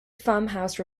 farmhouse